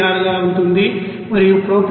86 గా ఉంటుంది మరియు ప్రొపేన్ ఇది 9